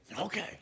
Okay